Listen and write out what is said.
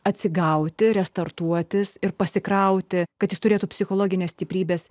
atsigauti restartuotis ir pasikrauti kad jis turėtų psichologinės stiprybės